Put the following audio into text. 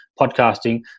podcasting